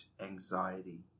anxiety